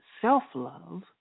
self-love